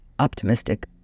optimistic